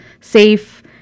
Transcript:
safe